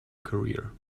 career